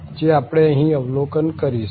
જે આપણે અહીં અવલોકન કરીશું